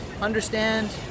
understand